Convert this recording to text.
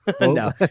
No